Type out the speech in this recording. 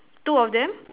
two of them